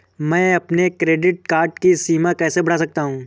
मैं अपने credit card की सीमा कैसे बढ़ा सकता हूँ?